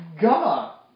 God